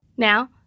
Now